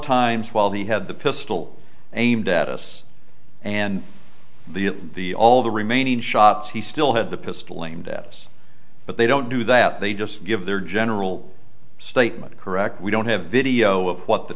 times while the had the pistol aimed at us and the the all the remaining shots he still had the pistol aimed at us but they don't do that they just give their general statement correct we don't have video of what the